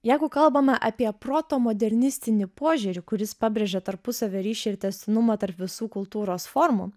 jeigu kalbame apie proto modernistinį požiūrį kuris pabrėžia tarpusavio ryšį ir tęstinumą tarp visų kultūros formų